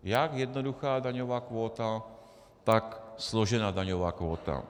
Jak jednoduchá daňová kvóta, tak složená daňová kvóta.